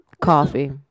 coffee